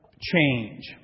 change